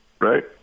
right